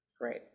Great